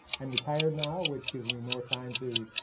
i am retired now which gives me more time to